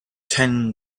ten